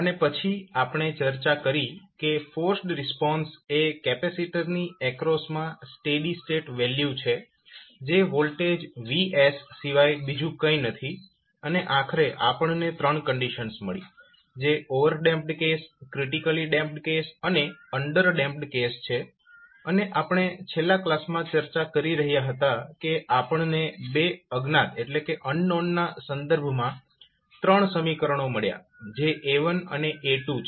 અને પછી આપણે ચર્ચા કરી કે ફોર્સ્ડ રિસ્પોન્સ એ કેપેસિટર ની એક્રોસ મા સ્ટેડી સ્ટેટ વેલ્યુ છે જે વોલ્ટેજ VS સિવાય બીજું કંઈ નથી અને આખરે આપણને ત્રણ કંડીશન્સ મળી જે overdamped case critically damped case અને અંડરડેમ્પ્ડ કેસ છે અને આપણે છેલ્લા કલાસમાં ચર્ચા કરી રહ્યા હતા કે આપણને બે અજ્ઞાત ના સંદર્ભમાં ત્રણ સમીકરણો મળ્યાં જે A1 અને A2 છે